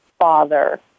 father